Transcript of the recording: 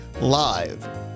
live